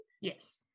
Yes